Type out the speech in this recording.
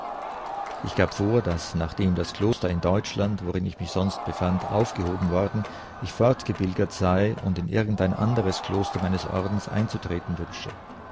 ich gab vor daß nachdem das kloster in deutschland worin ich mich sonst befand aufgehoben worden ich fortgepilgert sei und in irgendein anderes kloster meines ordens einzutreten wünsche